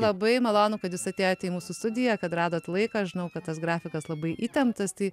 labai malonu kad jūs atėjote į mūsų studiją kad radot laiko aš žinau kad tas grafikas labai įtemptas tai